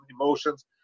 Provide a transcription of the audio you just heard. emotions